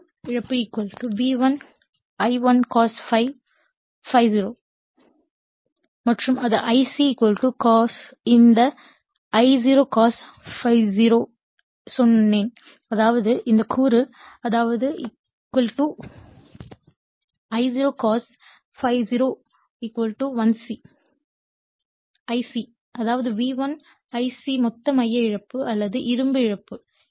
இரும்பு இழப்பு V1 I0 cos ∅0 மற்றும் அது Ic இந்த I0 cos ∅0 ஐயும் சொன்னேன் அதாவது இந்த கூறு அதாவது I0 cos ∅0 Ic அதாவது V1 Ic மொத்த மைய இழப்பு அல்லது இரும்பு இழப்பு